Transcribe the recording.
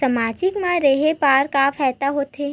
सामाजिक मा रहे बार का फ़ायदा होथे?